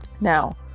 Now